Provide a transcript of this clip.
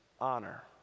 honor